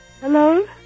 Hello